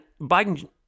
Biden